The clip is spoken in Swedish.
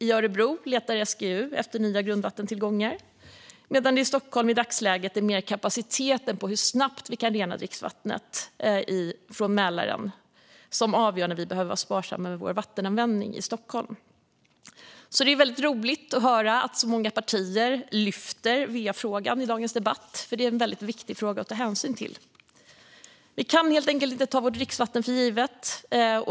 I Örebro letar SGU efter nya grundvattentillgångar medan det i Stockholm i dagsläget mer är kapaciteten på hur snabbt vi kan rena dricksvattnet från Mälaren som avgör när vi behöver vara sparsamma med vattenanvändningen i Stockholm. Det är väldigt roligt att höra att så många partier lyfter va-frågan i dagens debatt, för det är en väldigt viktig fråga att ta hänsyn till. Vi kan helt enkelt inte ta vårt dricksvatten för givet.